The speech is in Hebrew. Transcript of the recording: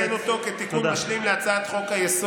שמוצע לתקן אותו כתיקון משלים להצעת חוק-היסוד.